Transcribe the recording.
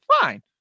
Fine